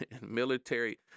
military